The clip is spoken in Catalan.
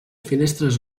finestres